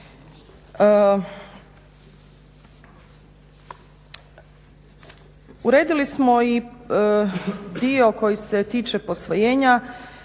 Uredili smo i dio koji se tiče posvojenja,